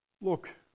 look